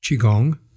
qigong